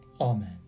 Amen